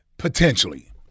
potentially